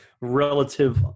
relative